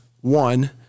one